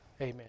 amen